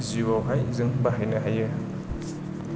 जिउयावहाय जों बाहायनो हायो